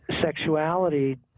sexuality